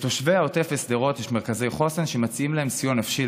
לתושבי העוטף ושדרות יש מרכזי חוסן שמציעים להם סיוע נפשי,